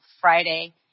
friday